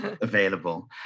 available